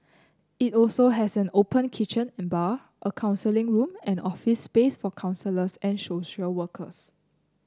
it also has an open kitchen and bar a counselling room and office space for counsellors and social workers